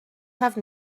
have